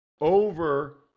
over